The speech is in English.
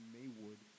Maywood